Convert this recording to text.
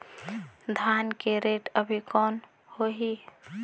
धान के रेट अभी कौन होही?